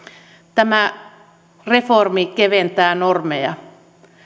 tämä reformi keventää normeja